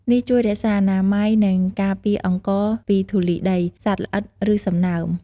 នេះជួយរក្សាអនាម័យ និងការពារអង្ករពីធូលីដី សត្វល្អិត ឬសំណើម។